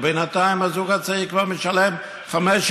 בינתיים הזוג הצעיר כבר משלם חמש,